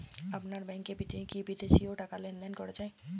আপনার ব্যাংকে কী বিদেশিও টাকা লেনদেন করা যায়?